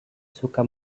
suka